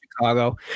Chicago